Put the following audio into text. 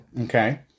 Okay